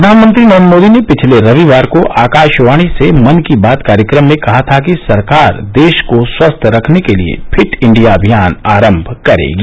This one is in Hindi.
प्रधानमंत्री नरेन्द्र मोदी ने पिछले रविवार को आकाशवाणी से मन की बात कार्यक्रम में कहा था कि सरकार देश को स्वस्थ रखने के लिए फिट इंडिया अभियान आरंभ करेगी